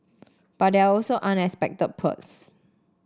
but there are also unexpected perks